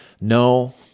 No